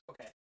Okay